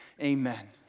Amen